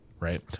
right